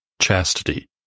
chastity